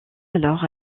alors